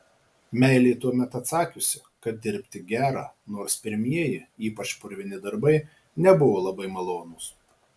meilė tuomet atsakiusi kad dirbti gera nors pirmieji ypač purvini darbai nebuvo labai malonūs